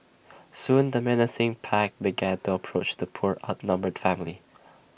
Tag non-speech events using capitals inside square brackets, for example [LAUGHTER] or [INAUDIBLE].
[NOISE] soon the menacing pack began to approach the poor outnumbered family